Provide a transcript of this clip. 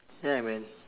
yeah man